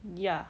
ya